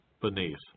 beneath